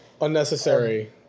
unnecessary